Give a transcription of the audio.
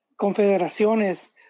Confederaciones